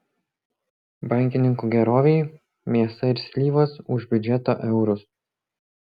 bankininkų gerovei mėsa ir slyvos už biudžeto eurus